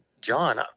John